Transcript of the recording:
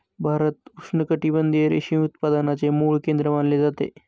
भारत उष्णकटिबंधीय रेशीम उत्पादनाचे मूळ केंद्र मानले जाते